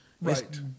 Right